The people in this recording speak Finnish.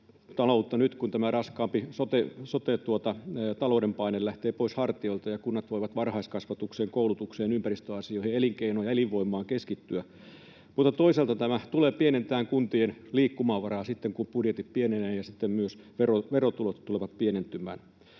helpottamaan tämä, kun raskaampi sote-talouden paine lähtee pois hartioilta ja kunnat voivat varhaiskasvatukseen, koulutukseen, ympäristöasioihin ja elinkeinoihin ja elinvoimaan keskittyä, mutta toisaalta tämä tulee pienentämään kuntien liikkumavaraa sitten, kun budjetit pienevät ja sitten myös verotulot tulevat pienentymään.